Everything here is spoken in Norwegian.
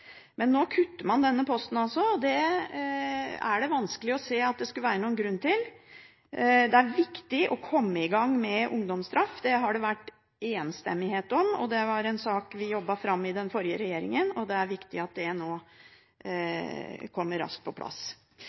Men nå kutter man altså denne posten, og det er det vanskelig å se at det skulle være noen grunn til. Det er viktig å komme i gang med ungdomsstraff – det har det vært enstemmighet om. Det var en sak vi jobbet fram i den forrige regjeringen, og det er viktig at det nå kommer raskt på plass.